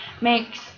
makes